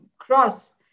cross